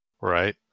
Right